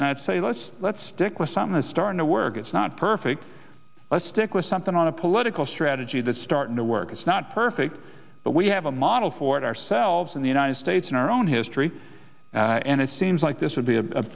would say let's let's stick with something to start to work it's not perfect let's stick with something on a political strategy that's starting to work it's not perfect but we have a model for it ourselves in the united states in our own history and it seems like this would be